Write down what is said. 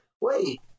wait